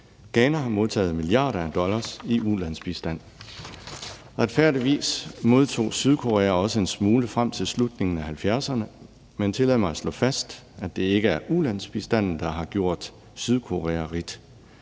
Ghana har modtaget milliarder af dollar i ulandsbistand. Retfærdigvis modtog Sydkorea også en smule frem til slutningen af 1970'erne, men tillad mig at slå fast, at det ikke er ulandsbistanden, der har gjort Sydkorea rigt.